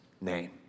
name